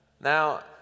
Now